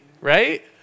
right